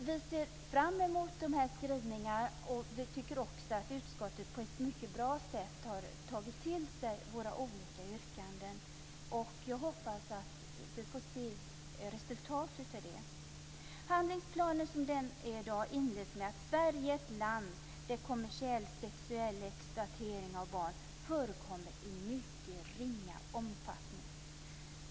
Vi ser fram emot de här skrivningarna, och vi tycker också att utskottet på ett mycket bra sätt har tagit till sig våra olika yrkanden. Jag hoppas att vi får se resultat av det. I handlingsplanens inledning, som den ser ut i dag, står det att Sverige är ett land där kommersiell sexuell exploatering av barn förekommer i mycket ringa omfattning.